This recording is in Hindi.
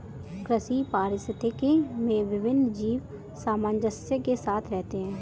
कृषि पारिस्थितिकी में विभिन्न जीव सामंजस्य के साथ रहते हैं